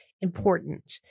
important